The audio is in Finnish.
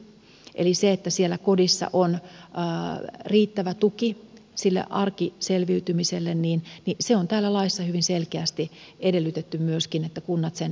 eli se että siellä kodissa on riittävä tuki sille arkiselviytymiselle on täällä laissa hyvin selkeästi edellytetty myöskin että kunnat sen järjestävät